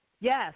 Yes